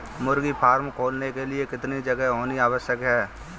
मुर्गी फार्म खोलने के लिए कितनी जगह होनी आवश्यक है?